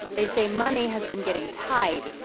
they say money has been getting tight.